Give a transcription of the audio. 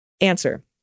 Answer